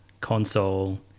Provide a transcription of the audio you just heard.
console